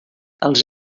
els